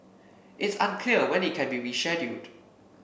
it's unclear when it can be rescheduled